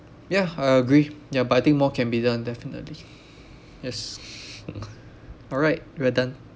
ya I agree ya but I think more can be done definitely yes alright we are done